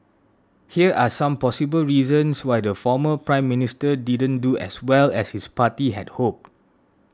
here are some possible reasons why the former Prime Minister didn't do as well as his party had hoped